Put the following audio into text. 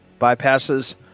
Bypasses